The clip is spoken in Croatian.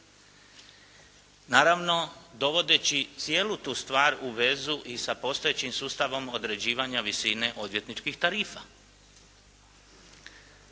Naravno, dovodeći cijelu tu stvar u vezu i sa postojećim sustavom određivanja visine odvjetničkih tarifa.